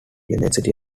university